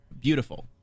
beautiful